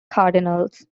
cardinals